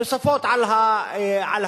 תוספות על העונש.